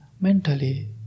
mentally